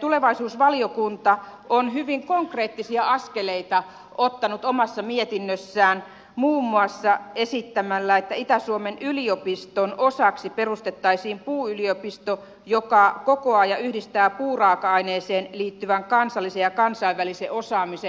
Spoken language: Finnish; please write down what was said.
tulevaisuusvaliokunta on hyvin konkreettisia askeleita ottanut omassa mietinnössään muun muassa esittämällä että itä suomen yliopiston osaksi perustettaisiin puuyliopisto joka kokoaa ja yhdistää puuraaka aineeseen liittyvän kansallisen ja kansainvälisen osaamisen